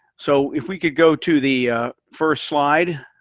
so, if we could go to the first slide.